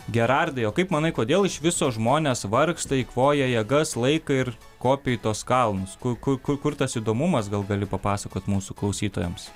gerardai o kaip manai kodėl iš viso žmonės vargsta eikvoja jėgas laiką ir kopia į tuos kalnus kuku kur tas įdomumas gal gali papasakot mūsų klausytojams